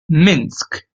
minsk